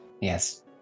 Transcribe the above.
Yes